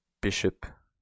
bishop